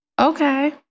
okay